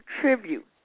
tribute